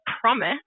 promise